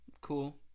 Cool